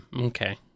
Okay